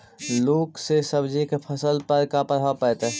लुक से सब्जी के फसल पर का परभाव पड़तै?